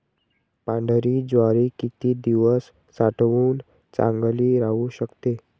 पांढरी ज्वारी किती दिवस साठवून चांगली राहू शकते?